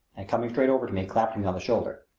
and coming straight over to me clapped me on the shoulder.